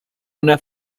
una